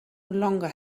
longer